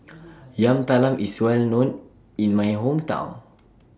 Yam Talam IS Well known in My Hometown